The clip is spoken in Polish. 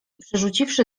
przerzuciwszy